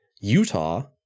Utah